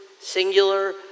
singular